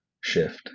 shift